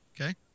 Okay